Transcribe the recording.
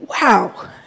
wow